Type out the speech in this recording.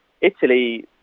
Italy